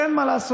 אין מה לעשות,